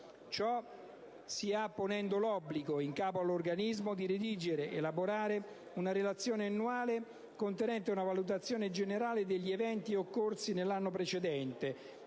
Ciò si ha ponendo l'obbligo in capo all'organismo di redigere ed elaborare una relazione annuale contenente una valutazione generale degli eventi occorsi nell'anno precedente,